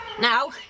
Now